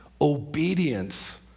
obedience